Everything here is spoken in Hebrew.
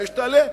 האש תעלה,